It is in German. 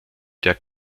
der